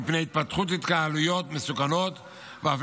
מפני התפתחות התקהלויות מסוכנות ואף